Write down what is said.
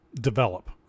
develop